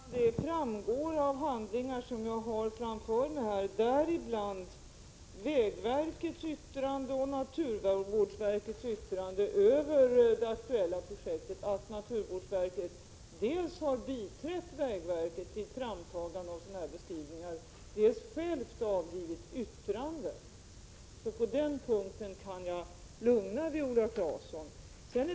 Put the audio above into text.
Herr talman! Det framgår av handlingar som jag har framför mig här — däribland vägverkets yttrande och naturvårdsverkets yttrande över det aktuella projektet — att naturvårdsverket dels har biträtt vägverket vid framtagande av sådana här beskrivningar, dels självt avgivit yttrande. Så på den punkten kan jag lugna Viola Claesson.